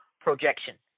projection